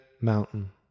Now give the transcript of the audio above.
mountain